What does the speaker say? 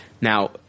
Now